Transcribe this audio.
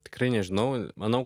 tikrai nežinau manau